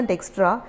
Extra